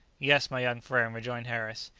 yes, my young friend, rejoined harris,